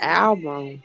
album